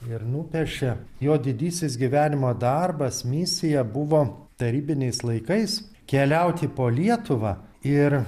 ir nupiešė jo didysis gyvenimo darbas misija buvo tarybiniais laikais keliauti po lietuvą ir